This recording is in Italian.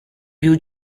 più